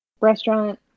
Restaurant